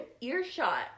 earshot